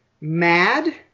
mad